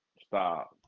Stop